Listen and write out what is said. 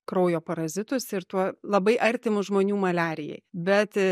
kraujo parazitus ir tuo labai artimus žmonių maliarijai bet